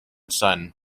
son